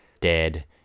dead